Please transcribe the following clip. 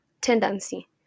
tendency